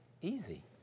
easy